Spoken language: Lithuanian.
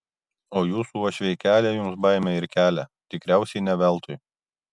o jūsų uošviai kelia jums baimę ir kelia tikriausiai ne veltui